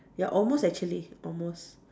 ya almost actually almost